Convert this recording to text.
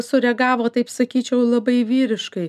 sureagavo taip sakyčiau labai vyriškai